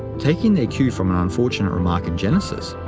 taking their cue from an unfortunate remark in genesis,